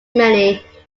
many